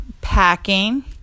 Packing